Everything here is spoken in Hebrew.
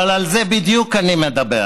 אבל על זה בדיוק אני מדבר,